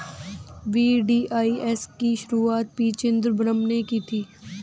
VDIS की शुरुआत P Chidambaram ने की थी